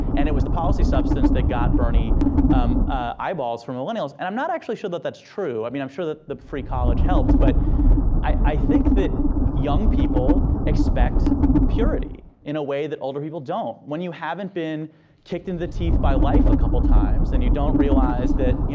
and it was the policy substance that got bernie eyeballs from millennials. and i'm not actually sure that that's true. i mean i'm sure that the free college helped, but i think that young people expect purity in a way that older people don't. when you haven't been kicked in the teeth by life a couple times, then and you don't realize that, you